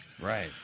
Right